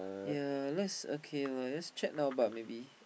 ya let's okay lah let's check now but maybe